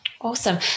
Awesome